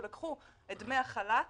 שלקחו את דמי החל"ת